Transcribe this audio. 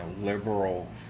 liberal